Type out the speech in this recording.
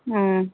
ꯎꯝ